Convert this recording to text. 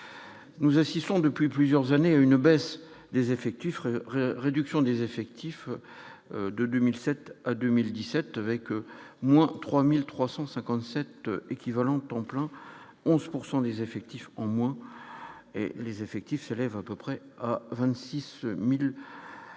nous assistons depuis plusieurs années à une baisse des effectifs re re, réduction des effectifs de 2007, 2017 avec moins de 3357 équivalent temps plein 11 pourcent des effectifs en moins et les effectifs s'élèvent un peu près 26000